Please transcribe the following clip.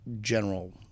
general